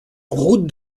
route